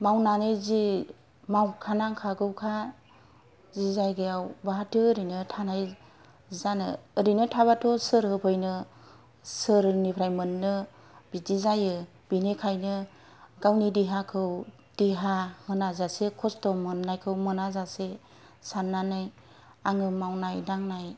मावनानै जि मावखानांखागौखा जि जायगायाव बहाथो ओरैनो थानाय जानो ओरैनो थाब्लाथ' सोर होफैनो सोरनिफ्राय मोननो बिदि जायो बेनिखायनो गावनि देहाखौ देहा होनाजासे खस्थ' मोननायखौ मोनाजासे साननानै आङो मावनाय दांनाय